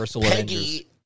Peggy